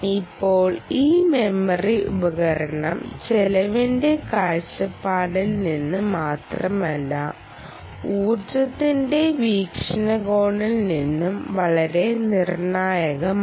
ഇപ്പോൾ ഈ മെമ്മറി ഉപകരണം ചെലവിന്റെ കാഴ്ചപ്പാടിൽ നിന്ന് മാത്രമല്ല ഊർജ്ജത്തിന്റെ വീക്ഷണകോണിൽ നിന്നും വളരെ നിർണ്ണായകമാണ്